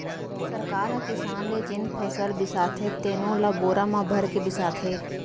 सरकार ह किसान ले जेन फसल बिसाथे तेनो ल बोरा म भरके बिसाथे